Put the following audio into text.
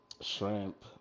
shrimp